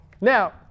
now